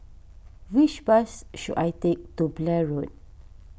which bus should I take to Blair Road